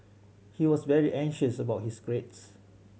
he was very anxious about his grades